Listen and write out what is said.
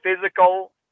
physical